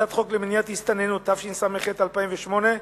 הצעת חוק למניעת הסתננות, התשס"ח 2008,